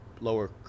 lower